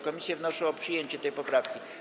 Komisje wnoszą o przyjęcie tej poprawki.